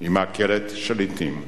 היא מאכלת שליטים,